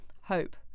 hope